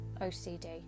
OCD